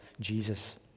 Jesus